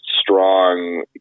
strong